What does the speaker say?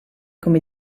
come